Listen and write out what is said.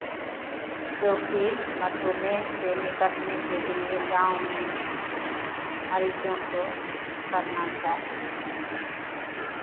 जोकि मधुमेह से निपटने के लिए गाँव में मरीजों को करना चाहिए